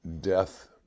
death